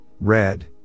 red